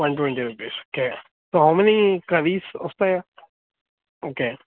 one twenty rupees okay how many curries వస్తాయా okay